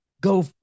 go